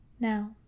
Now